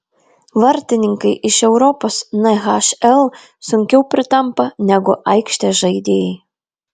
vartininkai iš europos nhl sunkiau pritampa negu aikštės žaidėjai